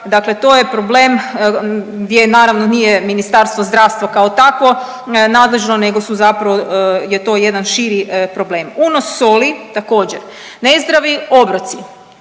dakle to je problem gdje naravno nije Ministarstvo zdravstva kao takvo nadležno nego su zapravo je to jedan širi problem. Unos soli također, nezdravi obroci,